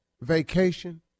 vacation